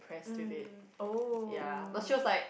mm oh